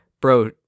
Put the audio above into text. bro